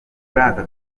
aka